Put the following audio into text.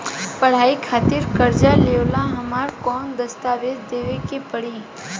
पढ़ाई खातिर कर्जा लेवेला हमरा कौन दस्तावेज़ देवे के पड़ी?